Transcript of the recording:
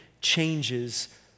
changes